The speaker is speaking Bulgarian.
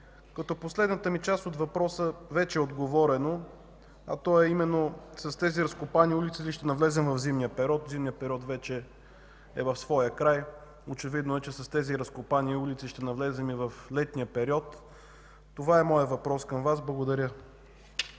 На последната част от въпроса ми вече е отговорено, а именно – с тези разкопани улици ли ще навлезем в зимния период, а той вече е в своя край, и е очевидно, че с тези разкопани улици ще навлезем и в летния период. Това е моят въпрос към Вас. Благодаря.